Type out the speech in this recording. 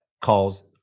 calls